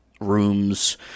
rooms